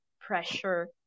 pressure